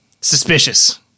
suspicious